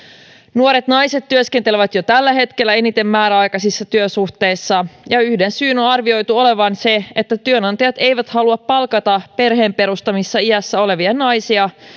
nuoret naiset työskentelevät jo tällä hetkellä eniten määräaikaisissa työsuhteissa yhden syyn on arvioitu olevan se että työnantajat eivät halua palkata perheenperustamisiässä olevia naisia